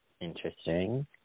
interesting